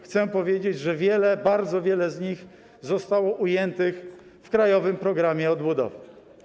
Chcę powiedzieć, że wiele, bardzo wiele z nich zostało ujętych w Krajowym Planie Odbudowy.